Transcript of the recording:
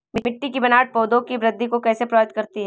मिट्टी की बनावट पौधों की वृद्धि को कैसे प्रभावित करती है?